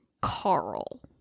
Carl